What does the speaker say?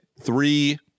three